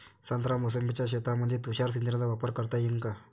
संत्रा मोसंबीच्या शेतामंदी तुषार सिंचनचा वापर करता येईन का?